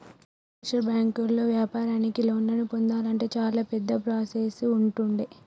commercial బ్యాంకుల్లో వ్యాపారానికి లోన్లను పొందాలంటే చాలా పెద్ద ప్రాసెస్ ఉంటుండే